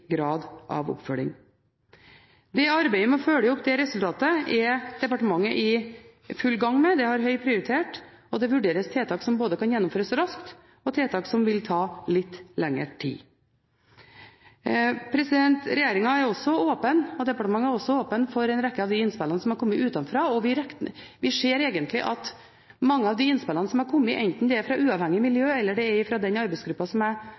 grad av oppfølging. Departementet er i full gang med å følge opp resultatet av det arbeidet. Det har høy prioritet, og det vurderes både tiltak som kan gjennomføres raskt, og tiltak som vil ta litt lengre tid. Regjeringen og departementet er også åpne for en rekke av de innspillene som har kommet utenfra. Vi ser at mange av de innspillene som har kommet, enten fra uavhengige miljø eller fra den arbeidsgruppen som